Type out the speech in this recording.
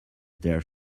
there